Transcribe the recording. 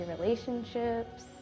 relationships